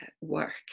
work